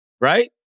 right